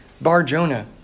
Bar-Jonah